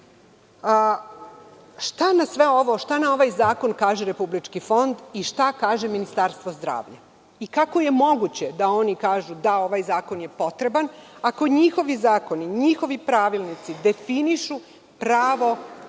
zbunjena. Šta na ovaj zakon kaže Republički fond i šta kaže Ministarstvo zdravlja? Kako je moguće da oni kažu – da ovaj zakon je potreban, ako njihovi zakoni, njihovi pravilnici definišu pravo